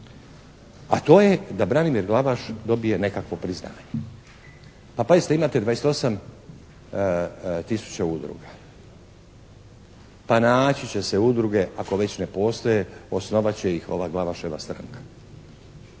a to je da Branimir Glavaš dobije nekakvo priznanje. A pazite imate 28 tisuća udruga. Pa naći će se udruge ako već ne postoje, osnovat će ih ova Glavaševa stranka.